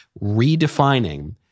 redefining